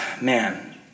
man